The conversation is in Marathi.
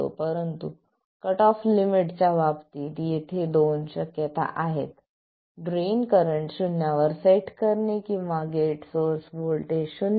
परंतु कट ऑफ लिमिटच्या बाबतीत येथे दोन शक्यता आहेत ड्रेन करंट शून्यावर सेट करणे किंवा गेट सोर्स व्होल्टेज शून्यावर